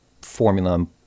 formula